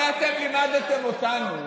הרי אתם לימדתם אותנו.